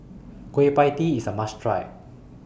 Kueh PIE Tee IS A must Try